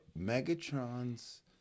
Megatron's